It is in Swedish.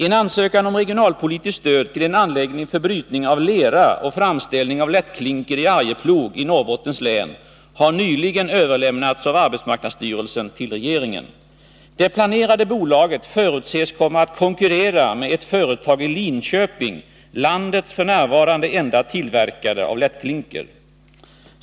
En ansökan om regionalpolitiskt stöd till en anläggning för brytning av lera och framställning av lättklinker i Arjeplog i Norrbottens län har nyligen överlämnats av arbetsmarknadsstyrelsen till regeringen. Det planerade bolaget förutses komma att konkurrera med ett företag i Linköping — landets f. n. enda tillverkare av lättklinker.